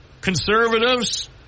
conservatives